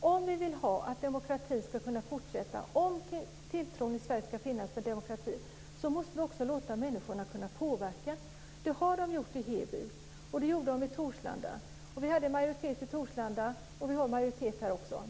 Om vi vill att demokratin ska kunna fortsätta, om det ska finnas tilltro till demokratin i Sverige måste vi låta människorna påverka. Det har de gjort i Heby. De gjorde det i Torslanda. Det fanns en majoritet i Torslanda. Det finns en majoritet här också.